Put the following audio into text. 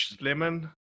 lemon